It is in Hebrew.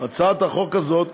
הצעת החוק הזאת